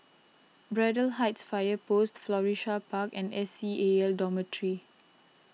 Braddell Heights Fire Post Florissa Park and S C A L Dormitory